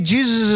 Jesus